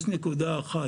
יש נקודה אחת.